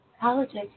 Politics